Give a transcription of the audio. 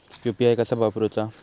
UPI कसा वापरूचा?